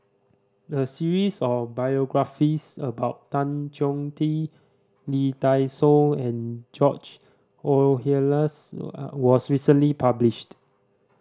a series of biographies about Tan Choh Tee Lee Dai Soh and George Oehlers was recently published